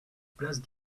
place